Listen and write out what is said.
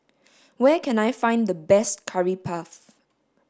where can I find the best curry puff